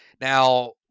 Now